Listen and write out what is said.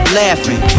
laughing